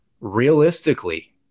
Realistically